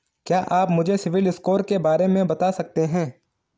क्या आप मुझे सिबिल स्कोर के बारे में बता सकते हैं?